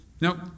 Nope